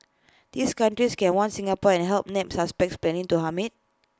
these countries can warn Singapore and help nab suspects planning to harm IT